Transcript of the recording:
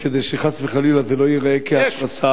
כדי שחס וחלילה זה לא ייראה כהתרסה,